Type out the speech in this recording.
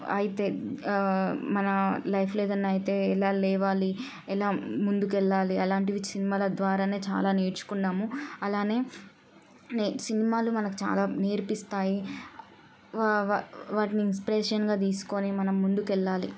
అయితే మన లైఫ్లో ఏదన్నా అయితే ఎలా లేవాలి ఎలా ముందుకెళ్ళాలి అలాంటివి సినిమాల ద్వారానే చాలా నేర్చుకున్నాము అలానే నేను సినిమాలు మనకు చాలా నేర్పిస్తాయి వాటిని ఇన్స్పిరేషన్గా తీసుకొని మనం ముందుకెళ్ళాలి